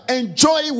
enjoy